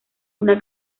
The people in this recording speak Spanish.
una